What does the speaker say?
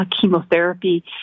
chemotherapy